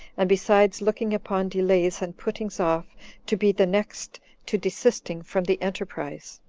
and besides looking upon delays and puttings off to be the next to desisting from the enterprise.